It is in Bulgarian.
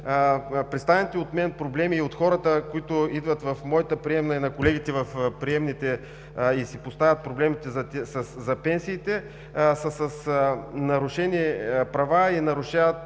представените от мен проблеми и от хората, които идват в моята приемна и в приемните на колегите, и си поставят проблемите за пенсиите, са с нарушени права и при нарушаването